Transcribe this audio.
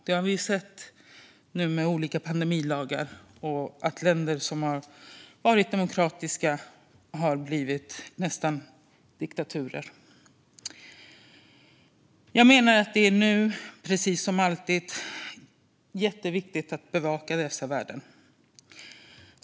Det har vi sett i och med olika pandemilagar nu och när länder som varit demokratiska blivit nästan diktaturer. Jag menar att det nu, precis som alltid, är viktigt att bevaka dessa värden.